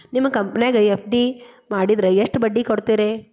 ನಿಮ್ಮ ಕಂಪನ್ಯಾಗ ಎಫ್.ಡಿ ಮಾಡಿದ್ರ ಎಷ್ಟು ಬಡ್ಡಿ ಕೊಡ್ತೇರಿ?